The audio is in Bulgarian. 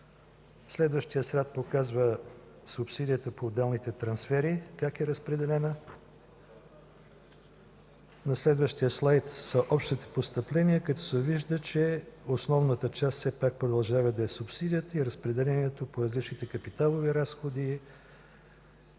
как е разпределена субсидията по отделните трансфери. На следващия слайд са общите постъпления като се вижда, че основната част все пак продължава да е субсидията и разпределението по различните капиталови разходи.